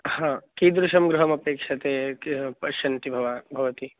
हा कीदृशं गृहमपेक्षते पश्यन्ति वा भवती